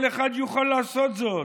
כל אחד יוכל לעשות זאת.